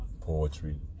Poetry